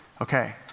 Okay